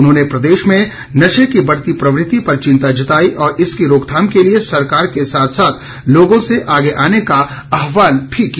उन्होंने प्रदेश में नशे की बढ़ती प्रवृति पर चिंता जताई और इसकी रोकथाम के लिए सरकार के साथ साथ लोगों से आगे आने का आह्वान किया